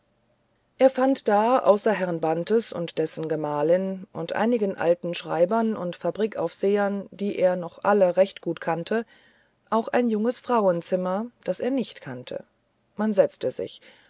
er fand da außer herrn bantes und dessen frau gemahlin und einigen alten schreibern und fabrikaufsehern die er noch alle recht gut kannte auch ein junges frauenzimmer das er nicht kannte man setzte sich